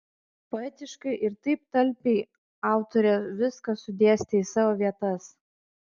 poetiškai ir taip talpiai autorė viską sudėstė į savo vietas